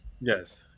Yes